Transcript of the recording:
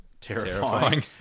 terrifying